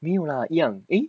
没有 lah 一样 eh